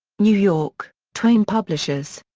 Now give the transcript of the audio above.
new york twayne publishers.